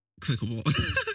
Clickable